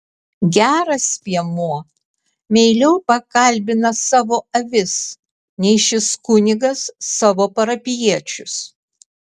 geras piemuo meiliau pakalbina savo avis nei šis kunigas savo parapijiečius